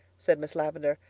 said miss lavendar,